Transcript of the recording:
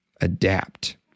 adapt